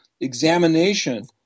examination